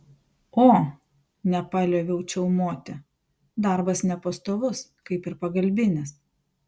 o nepalioviau čiaumoti darbas nepastovus kaip ir pagalbinis